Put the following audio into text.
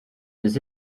les